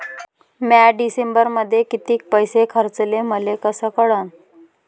म्या डिसेंबरमध्ये कितीक पैसे खर्चले मले कस कळन?